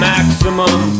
Maximum